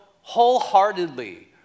wholeheartedly